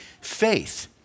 faith